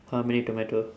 how many tomato